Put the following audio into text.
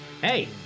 Hey